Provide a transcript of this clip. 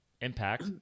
impact